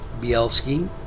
Bielski